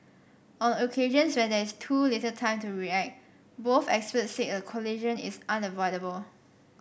on occasions when there is too little time to react both experts said a collision is unavoidable